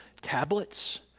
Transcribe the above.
tablets